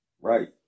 Right